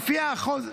לפי החוזק.